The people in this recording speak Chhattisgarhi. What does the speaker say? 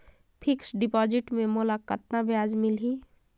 फिक्स्ड डिपॉजिट मे मोला कतका ब्याज मिलही?